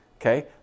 Okay